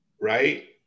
right